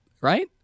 right